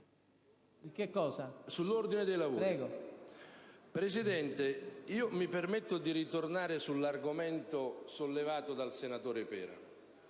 Presidente, io mi permetto di ritornare sull'argomento sollevato dal senatore Pera.